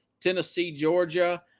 Tennessee-Georgia